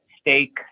steak